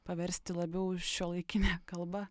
paversti labiau šiuolaikine kalba